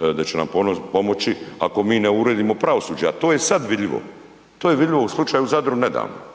da će nam pomoći ako mi ne uredimo pravosuđe, a to je sad vidljivo, to je vidljivo u Zadru nedavno